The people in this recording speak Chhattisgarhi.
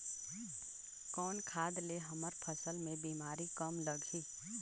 कौन खाद ले हमर फसल मे बीमारी कम लगही?